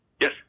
yes